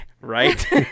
Right